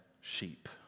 sheep